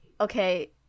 okay